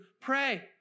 Pray